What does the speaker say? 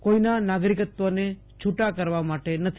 કોઈના નાગરિકત્વને છુટા કરવા માટે નથી